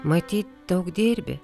matyt daug dirbi